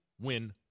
win